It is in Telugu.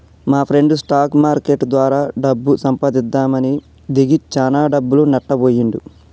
మాప్రెండు స్టాక్ మార్కెట్టు ద్వారా డబ్బు సంపాదిద్దామని దిగి చానా డబ్బులు నట్టబొయ్యిండు